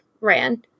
ran